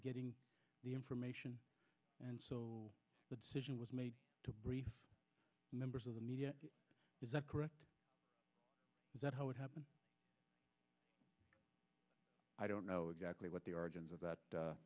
getting the information and the decision was made to brief members of the media is that correct is that how it happened i don't know exactly what the origins of that